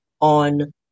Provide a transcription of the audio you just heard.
on